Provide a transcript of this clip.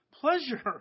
pleasure